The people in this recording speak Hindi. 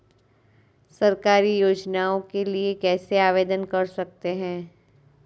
सरकारी योजनाओं के लिए कैसे आवेदन कर सकते हैं?